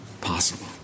possible